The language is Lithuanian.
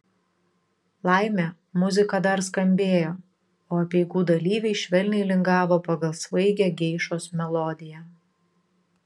laimė muzika dar skambėjo o apeigų dalyviai švelniai lingavo pagal svaigią geišos melodiją